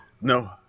No